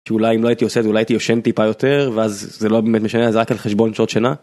אולי אם לא הייתי עושה את זה, אולי הייתי ישן טיפה יותר, ואז זה לא באמת משנה, אז זה רק על חשבון שעות שינה.